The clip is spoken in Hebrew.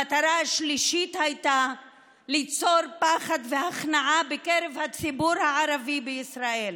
המטרה השלישית הייתה ליצור פחד והכנעה בקרב הציבור הערבי בישראל.